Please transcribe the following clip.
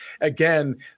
again